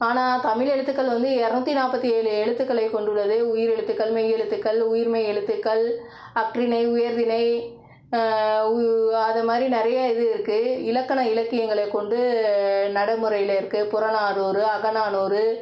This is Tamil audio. ஆனால் தமிழ் எழுத்துக்கள் வந்து இரநூத்தி நாற்பத்தி ஏழு எழுத்துக்களை கொண்டுள்ளது உயிரெழுத்துக்கள் மெய்யெழுத்துக்கள் உயிர்மெய் எழுத்துக்கள் அஃறிணை உயர்திணை அது மாதிரி நிறையா இது இருக்குது இலக்கண இலக்கியங்களை கொண்டு நடைமுறையில் இருக்குது புறநானூறு அகநானூறு